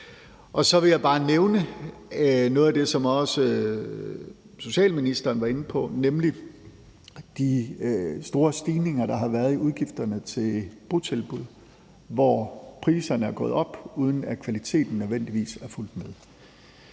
Så vil jeg også bare nævne noget af det, som socialministeren også var inde på, nemlig de store stigninger, der har været i udgifterne til botilbud, hvor priserne er gået op, uden at kvaliteten nødvendigvis er fulgt med.